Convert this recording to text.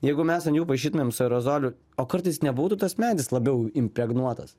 jeigu mes ant jų paišytumėm su aerozoliu o kartais nebūtų tas medis labiau impregnuotas